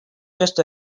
just